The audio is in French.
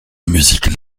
musique